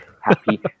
happy